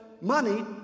money